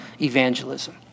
evangelism